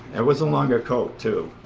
it was a longer coat, too.